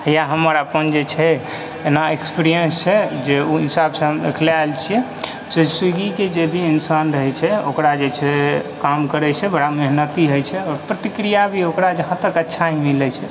यऽ हमर अपन जे छै एना एक्सपिरियन्स छै जे ओहि हिसाबसँ हम रखले आयल छियै जे स्विगीके जे भी इन्सान रहै छै ओकरा जे छै काम करै छै बड़ा मेहनती होइ छै आओर प्रतिक्रिया भी ओकरा जहाँ तक अच्छा ही मिलै छै